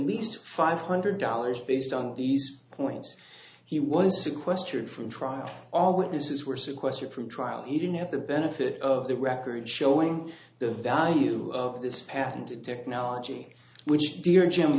least five hundred dollars based on these points he was sequestered from trial oblateness as were sequestered from trial he didn't have the benefit of the records showing the value of this patented technology which dear jim